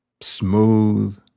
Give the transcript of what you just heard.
smooth